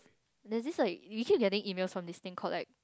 there's this like you keep getting emails from this thing called like